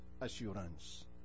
assurance